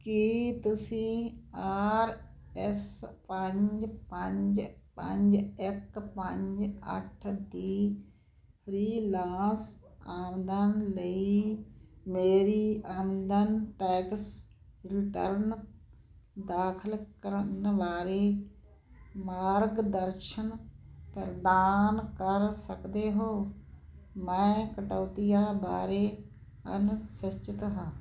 ਕੀ ਤੁਸੀਂ R S ਪੰਜ ਪੰਜ ਪੰਜ ਇੱਕ ਪੰਜ ਅੱਠ ਦੀ ਫ੍ਰੀਲਾਂਸ ਆਮਦਨ ਲਈ ਮੇਰੀ ਆਮਦਨ ਟੈਕਸ ਰਿਟਰਨ ਦਾਖਲ ਕਰਨ ਬਾਰੇ ਮਾਰਗਦਰਸ਼ਨ ਪ੍ਰਦਾਨ ਕਰ ਸਕਦੇ ਹੋ ਮੈਂ ਕਟੌਤੀਆਂ ਬਾਰੇ ਅਨਿਸ਼ਚਿਤ ਹਾਂ